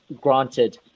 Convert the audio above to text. Granted